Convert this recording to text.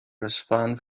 respond